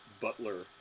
butler